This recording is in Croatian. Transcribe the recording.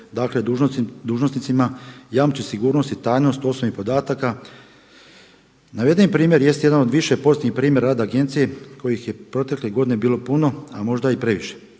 dakle dužnosnicima jamči sigurnost i tajnost osobnih podataka. Navedeni primjer jest jedan od više pozitivnih primjera rada agencije kojih je protekle godine bilo puno, a možda i previše.